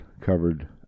covered